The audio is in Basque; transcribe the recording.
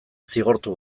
zigortu